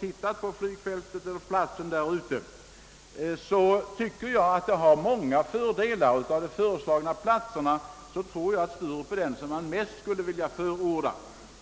Jag har också själv tillsammans med experter varit ute och sett på omgivningen. Av de platser som föreslagits är Sturup den som jag helst vill förorda.